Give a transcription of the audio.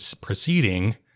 proceeding